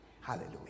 Hallelujah